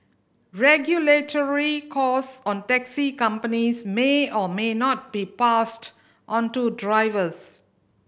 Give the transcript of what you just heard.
regulatory cost on taxi companies may or may not be passed onto drivers